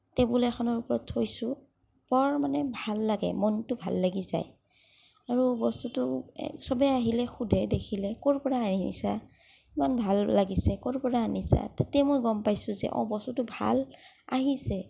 table এখনৰ ওপৰত থৈছো বৰ মানে ভাল লাগে মনটো ভাল লাগি যায় আৰু বস্তুটো এ চবে আহিলে সোধে দেখিলে ক'ৰপৰা আআনিছা ইমান ভাল লাগিছে ক'ৰপৰা আনিছা তাতে মই গম পাইছো যে অঁ বস্তুটো ভাল আহিছে